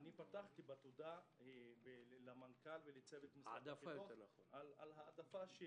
פתחתי בתודה למנכ"ל ולצוות משרדו על העדפה.